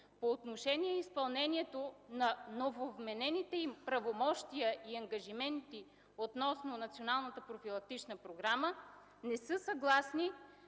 по отношение изпълнението на нововменените им правомощия и ангажименти относно националната профилактична програма, не са съгласни